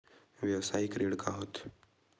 व्यवसायिक ऋण का होथे?